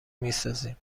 میسازیم